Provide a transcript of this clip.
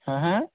হে হে